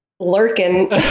lurking